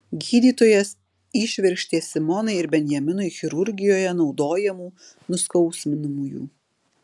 gydytojas įšvirkštė simonai ir benjaminui chirurgijoje naudojamų nuskausminamųjų